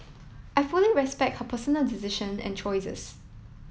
I fully respect her personal decision and choices